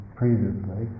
previously